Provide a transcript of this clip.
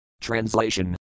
Translation